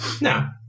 No